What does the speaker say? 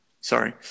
Sorry